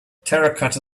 terracotta